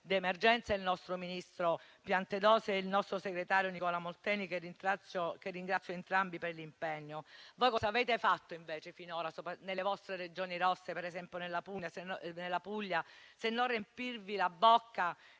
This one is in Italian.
d'emergenza, il nostro ministro Piantedosi e il nostro sottosegretario Nicola Molteni, che ringrazio per l'impegno profuso. Voi cos'avete fatto invece finora, nelle vostre Regioni rosse come la Puglia, se non riempirvi la bocca